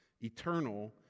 eternal